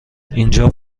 اینجا